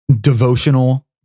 devotional